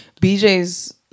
BJ's